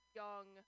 young